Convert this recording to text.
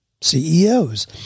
CEOs